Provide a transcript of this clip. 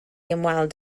ymweld